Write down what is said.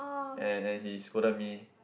and and he scolded me